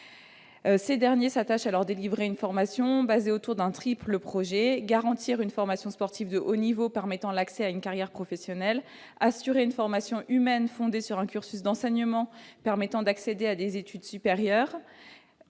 Ces centres s'attachent à dispenser une formation fondée sur un triple projet : premièrement, garantir une formation sportive de haut niveau permettant l'accès à une carrière professionnelle ; deuxièmement, assurer une formation humaine fondée sur un cursus d'enseignement permettant d'accéder à des études supérieures,